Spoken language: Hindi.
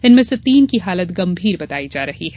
इनमें से तीन की हालत गंभीर बताई जा रही है